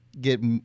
get